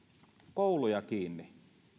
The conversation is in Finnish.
kouluja kiinni